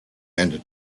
end